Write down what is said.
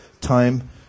time